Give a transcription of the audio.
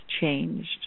changed